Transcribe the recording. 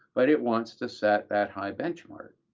but it wants to set that high benchmark.